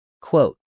Quote